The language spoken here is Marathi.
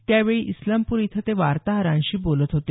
त्यावेळी इस्लामप्र इथं ते वार्ताहरांशी बोलत होते